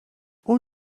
اون